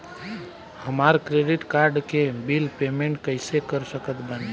हमार credit card के bill payment कइसे कर सकत बानी?